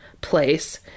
place